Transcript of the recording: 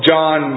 John